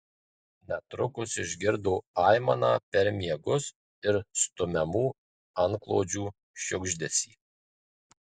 netrukus išgirdo aimaną per miegus ir stumiamų antklodžių šiugždesį